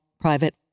private